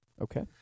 Okay